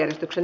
asia